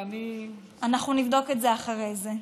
ואני, אנחנו נבדוק את זה אחרי זה.